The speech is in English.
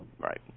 Right